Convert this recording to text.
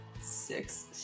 six